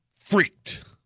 freaked